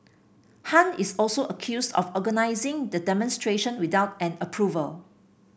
Han is also accused of organising the demonstration without an approval